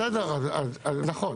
בסדר, נכון.